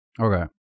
Okay